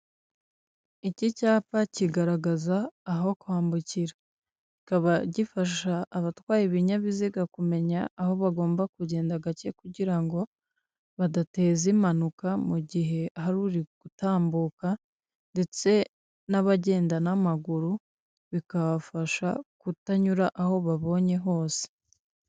Iki cyapa kigaragaza aho kwambukira. Kikaba gifasha abatwaye ibinyabiziga kumenya aho bagomba kugenda gake kugira ngo badateza impanuka, mu gihe hari gutambuka, ndetse n'abagenda n'amaguru, bikabafasha kutanyura aho babonye hose.